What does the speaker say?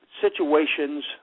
situations